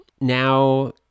now